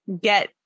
get